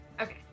Okay